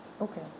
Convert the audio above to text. Okay